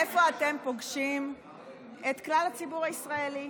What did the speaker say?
איפה אתם פוגשים את כלל הציבור הישראלי,